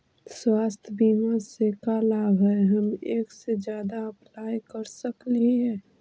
स्वास्थ्य बीमा से का क्या लाभ है हम एक से जादा अप्लाई कर सकली ही?